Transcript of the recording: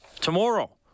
Tomorrow